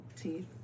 teeth